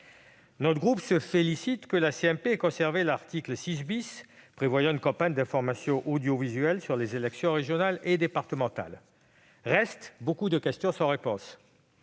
la commission mixte paritaire ait conservé l'article 6 prévoyant une campagne d'information audiovisuelle sur les élections régionales et départementales. Restent beaucoup de questions sans réponse.